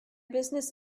business